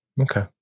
Okay